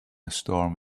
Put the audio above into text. storm